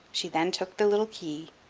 she then took the little key,